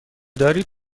دارید